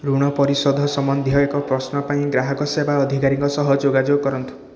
ଋଣ ପରିଶୋଧ ସମ୍ବନ୍ଧୀୟ ଏକ ପ୍ରଶ୍ନ ପାଇଁ ଗ୍ରାହକ ସେବା ଅଧିକାରୀଙ୍କ ସହ ଯୋଗାଯୋଗ କରନ୍ତୁ